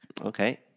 okay